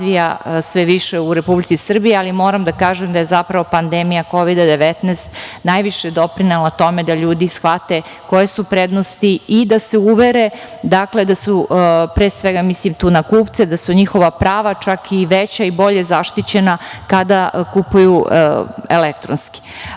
sve više u Republici Srbiji, ali moram da kažem da je, zapravo, pandemija Kovida-19 najviše doprinela tome da ljudi shvate koje su prednosti i da se uvere da su, pre svega mislim tu na kupce, njihova prava čak i veća i bolje zaštićena kada kupuju elektronski. Samo